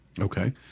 Okay